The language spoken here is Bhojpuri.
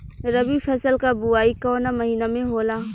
रबी फसल क बुवाई कवना महीना में होला?